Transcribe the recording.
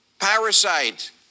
Parasite